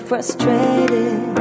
Frustrated